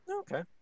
Okay